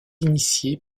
initié